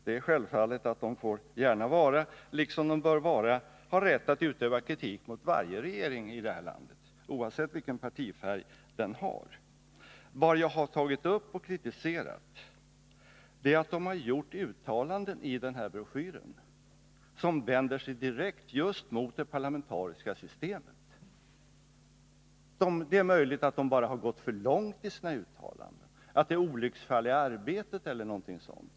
Det får de självfallet gärna vara, liksom de bör ha rätt att utöva kritik mot varje regering i vårt land, oavsett vilken partifärg den har. Vad jag har tagit upp och kritiserat är att de har gjort uttalanden i denna broschyr som vänder sig direkt mot just det parlamentariska systemet. Det är möjligt att de bara har gått för långt i sina uttalanden, att det är olycksfall i arbetet eller något sådant.